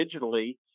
digitally